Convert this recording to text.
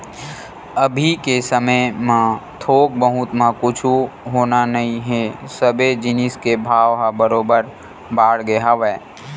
अभी के समे म थोक बहुत म कुछु होना नइ हे सबे जिनिस के भाव ह बरोबर बाड़गे हवय